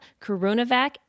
Coronavac